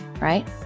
right